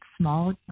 small